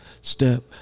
step